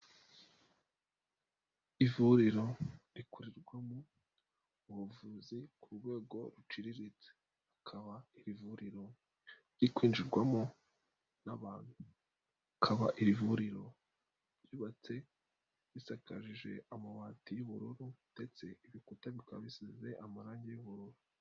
Ivuriro rikorerwamo ubuvuzi ku rwego ruciriritse, hakaba iri vuriro ririkwinjirwamo n'abantu, akaba iri vuriro ryubatse risakajije amabati y'ubururu ndetse ibikuta bikaba bisize amarangi y'ubururu.